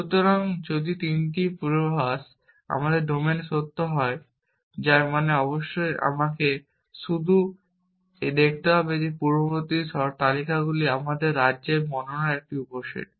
সুতরাং যদি এই 3টি পূর্বাভাস আমার ডোমেনে সত্য হয় যার মানে অবশ্যই আমাকে শুধু দেখতে হবে পূর্বশর্ত তালিকাটি আমার রাজ্যের বর্ণনার একটি উপসেট